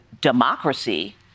democracy